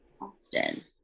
Austin